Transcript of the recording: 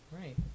right